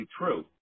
true